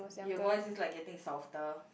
your voice is like getting softer